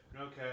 Okay